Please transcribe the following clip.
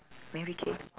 mary kay